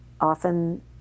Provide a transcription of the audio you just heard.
often